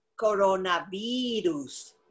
coronavirus